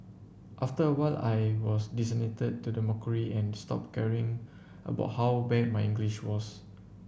after a while I was to the mockery and stopped caring about how bad my English was